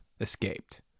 escaped